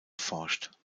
erforscht